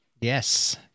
Yes